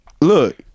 look